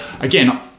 again